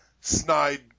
snide